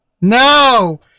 No